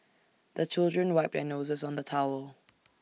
the children wipe their noses on the towel